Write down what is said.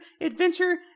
Adventure